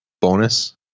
bonus